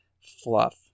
fluff